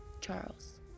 Charles